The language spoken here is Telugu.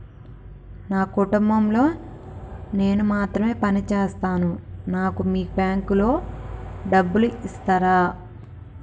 నా కుటుంబం లో నేను మాత్రమే పని చేస్తాను నాకు మీ బ్యాంకు లో డబ్బులు ఇస్తరా?